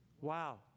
Wow